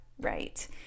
right